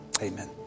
Amen